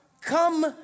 Come